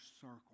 circle